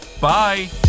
bye